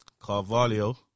Carvalho